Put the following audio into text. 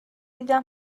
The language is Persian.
دیدم